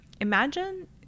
imagine